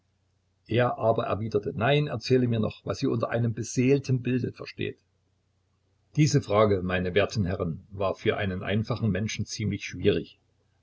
er aber erwiderte nein erzähle mir noch was ihr unter einem beseelten bilde versteht diese frage meine werten herren war für einen einfachen menschen ziemlich schwierig